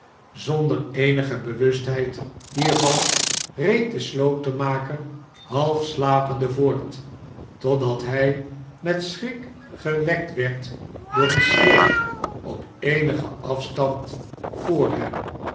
zonder eenige bewustheid hiervan ree d de slotenmaker half slapende voort totdat hij met schrik geekt werd door een schreeuw op eenigen afstand voor hem